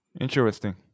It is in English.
Interesting